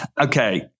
okay